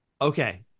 Okay